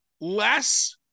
less